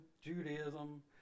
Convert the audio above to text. Judaism